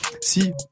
Si